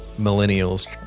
millennials